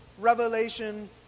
Revelation